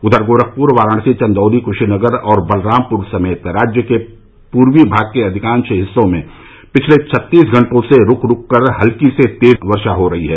उधर गोरखपुर वाराणसी चंदौली कुशीनगर और बलरामपुर समेत राज्य के पूर्वी भाग के अधिकांश हिस्सों में पिछले छत्तीस घंटो से रूक रूक कर हल्की से तेज वर्षा हो रही है